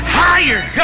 higher